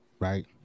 Right